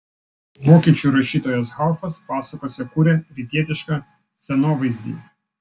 vokiečių rašytojas haufas pasakose kuria rytietišką scenovaizdį